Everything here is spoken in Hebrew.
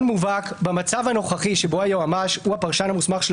מובהק במצב הנוכחי שבו היועץ המשפטי הוא הפרשן המוסמך של